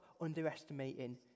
underestimating